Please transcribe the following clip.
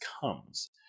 comes